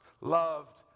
loved